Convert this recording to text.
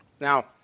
Now